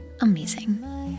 amazing